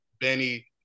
Benny